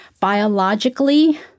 biologically